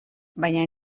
baina